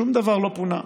שום דבר לא פונה.